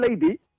Lady